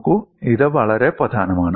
നോക്കൂ ഇത് വളരെ പ്രധാനമാണ്